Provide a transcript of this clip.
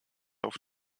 auf